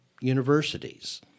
universities